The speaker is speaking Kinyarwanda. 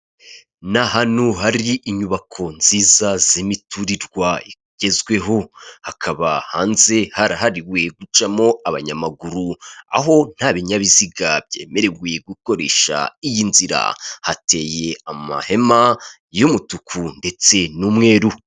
Ni ahantu hari inyubako nziza z'imiturirwa igezweho, hakaba hanze harahariwe gucamo abanyamaguru, aho nta binyabiziga byemerewe gukoresha iyi nzira. Hateye amahema y'umutuku ndetse n'umweru.